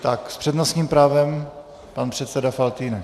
S přednostním právem pan předseda Faltýnek.